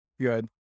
Good